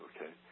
okay